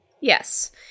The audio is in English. Yes